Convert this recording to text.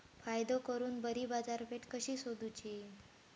फायदो करून बरी बाजारपेठ कशी सोदुची?